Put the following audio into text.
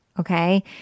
Okay